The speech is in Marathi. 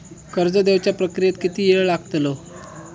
कर्ज देवच्या प्रक्रियेत किती येळ लागतलो?